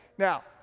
Now